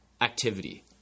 activity